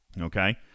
Okay